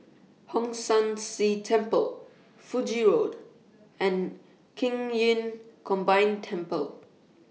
Hong San See Temple Fiji Road and Qing Yun Combined Temple